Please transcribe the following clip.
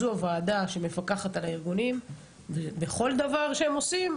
זו הוועדה שמפקחת על הארגונים בכל דבר שהם עושים,